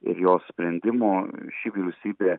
ir jos sprendimo ši vyriausybė